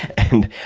and,